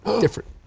different